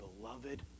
beloved